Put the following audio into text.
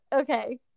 okay